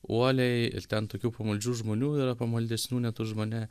uoliai ir ten tokių pamaldžių žmonių yra pamaldesnių net už mane